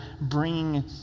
bringing